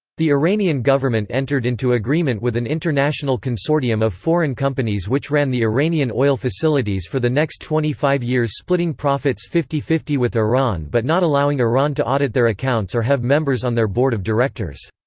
the iranian government entered into agreement with an international consortium of foreign companies which ran the iranian oil facilities for the next twenty five years splitting profits fifty-fifty with iran but not allowing iran to audit their accounts or have members on their board of directors.